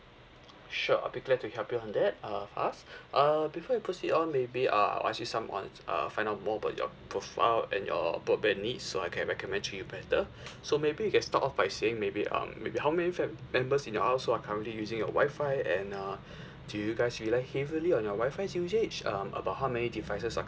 sure I'll be glad to help you on that uh first err before we proceed on maybe uh I'll ask you some on uh find out more about your profile and your broadband needs so I can recommend to you better so maybe you can start off by saying maybe um maybe how many fam~ members in your household are currently using your WIFI and uh do you guys rely heavily on your WIFI usage um about how many devices are